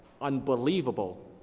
Unbelievable